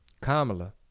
Kamala